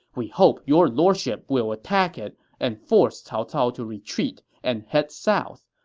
we hope your lordship will attack it and force cao cao to retreat and head south.